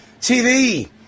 TV